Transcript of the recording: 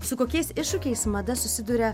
su kokiais iššūkiais mada susiduria